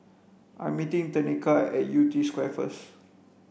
I meeting Tenika at Yew Tee Square first